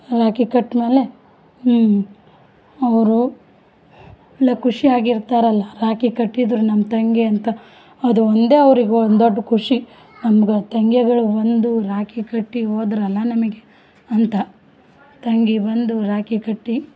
ರಾಕಿ ಕಟ್ಮೇಲೆ ಅವರು ಎಲ್ಲ ಖುಷಿಯಾಗಿರ್ತಾರಲ್ಲ ರಾಕಿ ಕಟ್ಟಿದರು ನಮ್ಮ ತಂಗಿ ಅಂತ ಅದೊಂದೆ ಅವರಿಗೆ ಒನ್ ದೊಡ್ಡ ಖುಷಿ ನಮ್ಗೆ ತಂಗಿಗಳು ಒಂದು ರಾಕಿ ಕಟ್ಟಿ ಹೋದ್ರಲ್ಲ ನಮಗೆ ಅಂತ ತಂಗಿ ಬಂದು ರಾಕಿ ಕಟ್ಟಿ